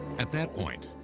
at that point,